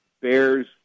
Bears